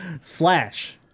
slash